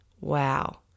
wow